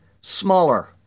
smaller